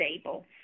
stable